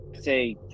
say